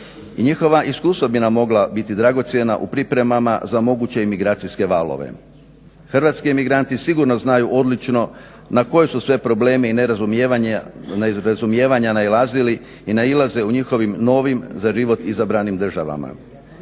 njihova iskustva bi nam mogla biti dragocjena u pripremama za moguće imigracijske valove. Hrvatski emigranti sigurno znaju odlično na koje su sve probleme i nerazumijevanja nailazili i nailaze u njihovim novim za život izabranim državama.